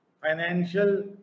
financial